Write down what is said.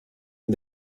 ihn